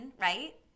right